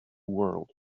world